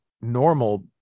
normal